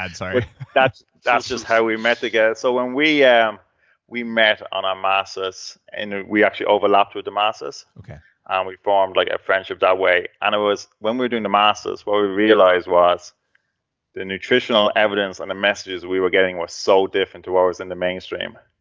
and sorry that's that's just how we met i guess. so when we yeah we met on our masters and we actually overlapped with the masters, um we formed like a friendship that way. and when we doing the masters, what we realized was the nutritional evidence and the messages we were getting were so different to what was in the mainstream.